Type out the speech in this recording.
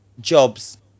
jobs